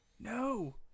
No